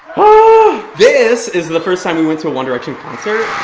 this is the first time we went to a one direction concert.